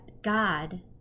God